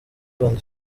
rwanda